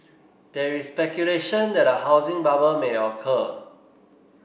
there is speculation that a housing bubble may occur